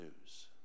news